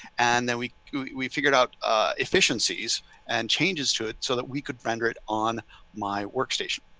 and then we we figured out efficiencies and changes to it so that we could render it on my workstation.